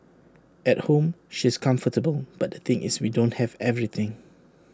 at home she's comfortable but the thing is we don't have everything